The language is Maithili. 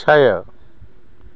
छै